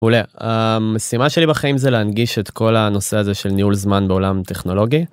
מעולה, המשימה שלי בחיים זה להנגיש את כל הנושא הזה של ניהול זמן בעולם טכנולוגי.